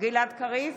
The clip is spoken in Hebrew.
גלעד קריב,